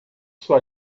sua